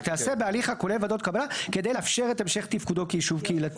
"תיעשה בהליך הכולל ועדות קבלה כדי לאפשר את המשך תפקודו כיישוב קהילתי.